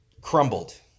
crumbled